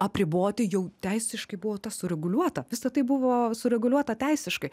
apriboti jau teisiškai buvo sureguliuota visa tai buvo sureguliuota teisiškai